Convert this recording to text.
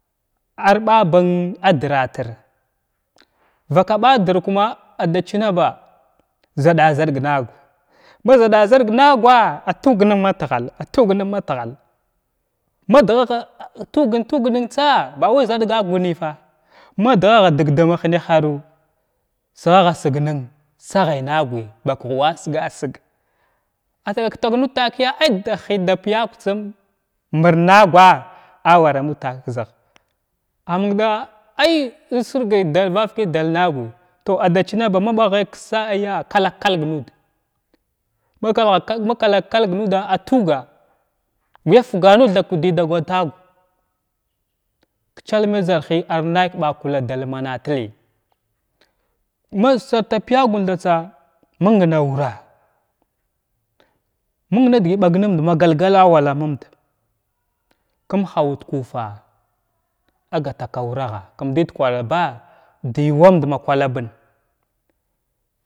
Ar ɓaban adratir vaka ɓadir kuma adachinga ba zaɗa-zaɗg nəagwa ma zaɗa-zadg na’agwala tuugnən matghal a tuugnən matghal madhaha tuugən tuugnən tsa ba way zaɗgagwa nəy fa madgha dəd dama hənaharu shaha-signən may na’agwəy ba kig wa siga-sig adagak tag nuda takəy adahii da pəy agwa tsum mir na’agwa amma ra namuud taksgha amən da ay insirgay dal vavakəy dal na’agwəy ada chinaba maɓaghay ka sa’aya kalak-kalg nuda makal vakalg kalak-kalg nuda atuuga gwəya fka nuda tha ka ɗada gata’agwa kyəlma zarhəy arnay ɓa kuula da almanatir ma barta pəygun thatsa məng na wura’a məng nadəgəy ɓagnumda magal galla awara muud kum hawət kufa’a agata ka waragha kum dəy da kwalaba’a dəy yumaud ma kwalabən